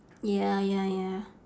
ya ya ya